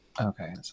Okay